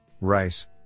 Rice